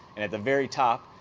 and at the very top